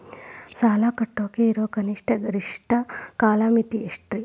ಸಾಲ ಕಟ್ಟಾಕ ಇರೋ ಕನಿಷ್ಟ, ಗರಿಷ್ಠ ಕಾಲಮಿತಿ ಎಷ್ಟ್ರಿ?